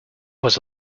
was